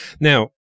Now